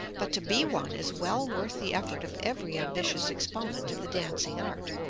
but to be one is well worth the effort of every ambitious exponent of the dancing art.